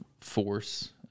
force